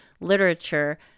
literature